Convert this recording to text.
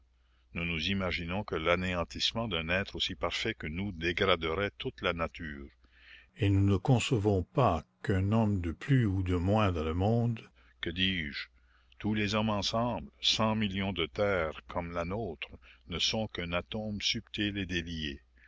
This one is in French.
nous nous imaginons que l'anéantissement d'un être aussi parfait que nous dégraderoit toute la nature et nous ne concevons pas qu'un homme de plus ou de moins dans le monde que dis-je tous les hommes ensemble cent millions de têtes comme la nôtre ne sont qu'un atome subtil et délié